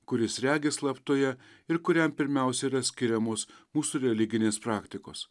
kuris regi slaptoje ir kuriam pirmiausia yra skiriamos mūsų religinės praktikos